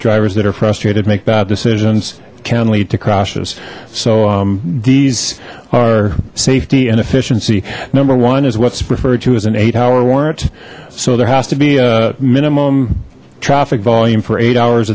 drivers that are frustrated make that decisions can lead to crashes so these are safety and efficiency number one is what's referred to as an eight hour warrant so there has to be a minimum traffic volume for eight hours